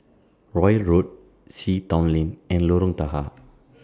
Royal Road Sea Town Lane and Lorong Tahar